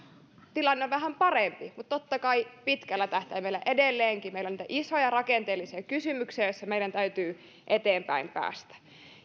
tilanne on vähän parempi mutta totta kai pitkällä tähtäimellä edelleenkin meillä on niitä isoja rakenteellisia kysymyksiä joissa meidän täytyy eteenpäin päästä